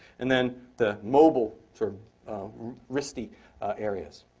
and then the mobile sort of wristy areas.